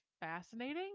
fascinating